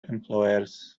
employers